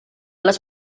les